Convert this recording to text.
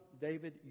David